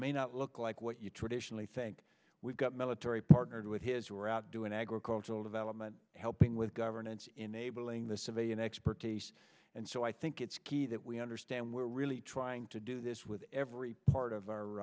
may not look like what you traditionally think we've got military partnered with his who are out doing agricultural development helping with governance enabling the civilian expertise and so i think it's key that we understand we're really trying to do this with every part of our